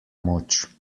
moč